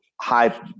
high